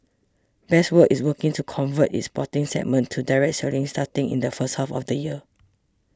best World is working to convert its export segment to direct selling starting in the first half of the year